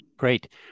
Great